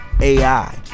AI